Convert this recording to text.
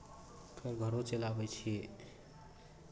फेर घरो चलि आबै छी